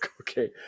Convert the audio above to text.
okay